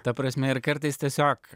ta prasme ir kartais tiesiog